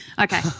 Okay